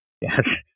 Yes